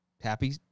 Happy